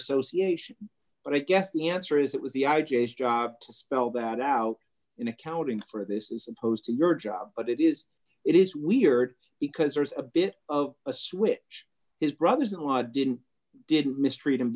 association but i guess the answer is it was the i j a to spell that out in accounting for this is opposed to your job but it is it is weird because there is a bit of a switch his brothers in law didn't didn't mistreat him